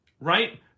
right